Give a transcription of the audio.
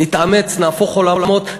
נתאמץ, נהפוך עולמות.